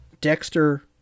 Dexter